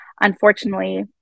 unfortunately